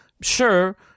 sure